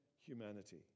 Humanity